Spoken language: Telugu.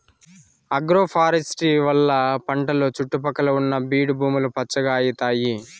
ఆగ్రోఫారెస్ట్రీ వల్ల పంటల సుట్టు పక్కల ఉన్న బీడు భూములు పచ్చగా అయితాయి